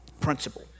principle